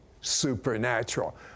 supernatural